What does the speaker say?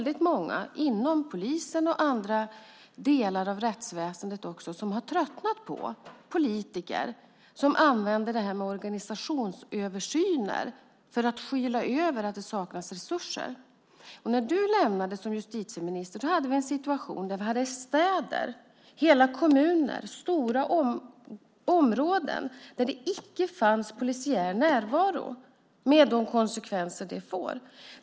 Det är många inom polisen och andra delar av rättsväsendet som har tröttnat på politiker som använder organisationsöversyner för att skyla över att det saknas resurser. När du lämnade posten som justitieminister hade vi en situation där vi hade städer, hela kommuner och stora områden där det icke fanns polisiär närvaro med de konsekvenser det får.